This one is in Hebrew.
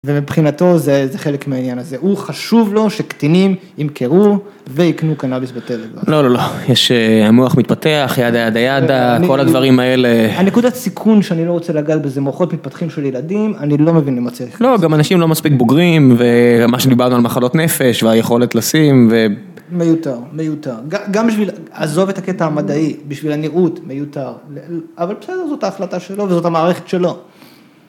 ומבחינתו זה חלק מהעניין הזה, הוא חשוב לו שקטינים ימכרו ויקנו קנאביס בטלגרם. לא, לא, לא, יש המוח מתפתח, ידה ידהידה, כל הדברים האלה. הנקודת סיכון שאני לא רוצה לגעת בזה, מוחות מתפתחים של ילדים, אני לא מבין למה צריך את זה. לא, גם אנשים לא מספיק בוגרים ומה שדיברנו על מחלות נפש והיכולת לשים ו... מיותר, מיותר, גם בשביל, עזוב את הקטע המדעי, בשביל הנראות, מיותר. אבל בסדר, זאת ההחלטה שלו וזאת המערכת שלו.